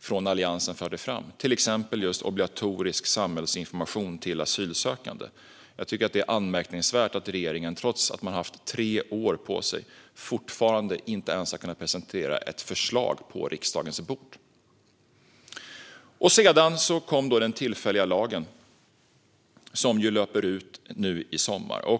från Alliansen förde fram, till exempel obligatorisk samhällsinformation till asylsökande. Jag tycker att det är anmärkningsvärt att regeringen, trots att man haft tre år på sig, fortfarande inte ens har kunnat presentera ett förslag att lägga på riksdagens bord. Sedan kom då den tillfälliga lagen, som ju löper ut till sommaren.